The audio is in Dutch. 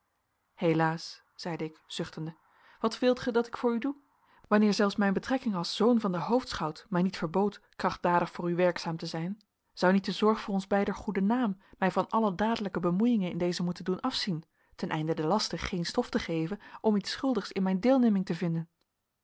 helaas zeide ik zuchtende wat wilt gij dat ik voor u doe wanneer zelfs mijn betrekking als zoon van den hoofdschout mij niet verbood krachtdadig voor u werkzaam te zijn zou niet de zorg voor ons beider goeden naam mij van alle dadelijke bemoeiingen in deze moeten doen afzien ten einde den laster geen stof te geven om iets schuldigs in mijn deelneming te vinden